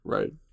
Right